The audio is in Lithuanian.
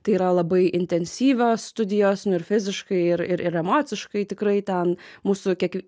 tai yra labai intensyvios studijos nu ir fiziškai ir ir emociškai tikrai ten mūsų kiek